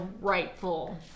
rightful